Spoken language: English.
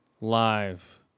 Live